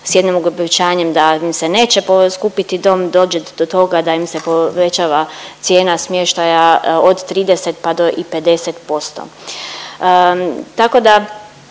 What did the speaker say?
s jednim obećanjem da im se neće poskupiti dom dođete do toga da im se povećava cijena smještaja od 30 pa i do 50%. Tako da